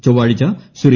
ചൊവ്വാഴ്ച ശ്രീ